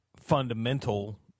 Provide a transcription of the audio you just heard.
fundamental